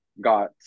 got